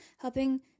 helping